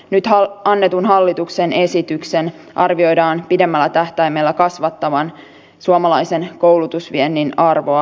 nyt annetun hallituksen esityksen arvioidaan pidemmällä tähtäimellä kasvattavan suomalaisen koulutusviennin arvoa merkittävästi